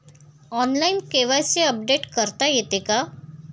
Online KYC update करता येते का?